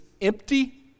empty